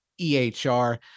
EHR